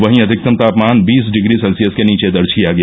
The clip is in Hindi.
वहीं अधिकतम तापमान बीस डिग्री सेल्सियस के नीचे दर्ज किया गया